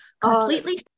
Completely